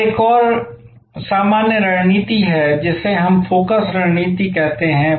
अब एक और सामान्य रणनीति है जिसे हम फोकस रणनीति कहते हैं